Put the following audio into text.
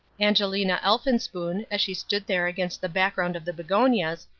angelina elphinspoon, as she stood there against the background of the begonias,